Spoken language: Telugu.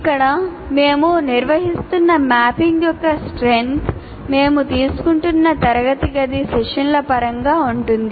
ఇక్కడ మేము నిర్వహిస్తున్న మ్యాపింగ్ యొక్క strength మేము తీసుకుంటున్న తరగతి గది సెషన్ల పరంగా ఉంటుంది